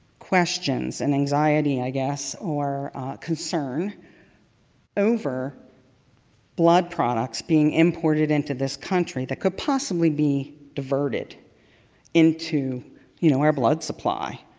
questions and anxiety, i guess, or concern over blood products being imported into this country that could possibly be diverted into you know our blood supply,